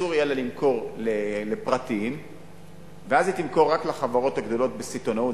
אסור יהיה למכור לפרטיים ואז היא תמכור רק לחברות הגדולות בסיטונאות,